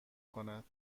کند